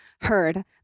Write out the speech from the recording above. heard